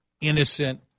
innocent